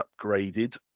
upgraded